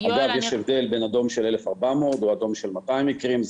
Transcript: --- אגב יש הבדל בין אדום של 1,40,0 או אדום של 200 מקרים,